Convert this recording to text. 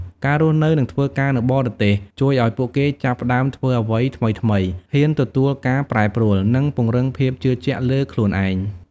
ការរស់នៅនិងធ្វើការនៅបរទេស ជួយអោយពួកគេចាប់ផ្តើមធ្វើអ្វីថ្មីៗ ហ៊ានទទួលការប្រែប្រួល និងពង្រឹងភាពជឿជាក់លើខ្លួនឯង។